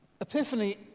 Epiphany